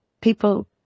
people